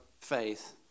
faith